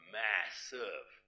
massive